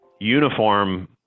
uniform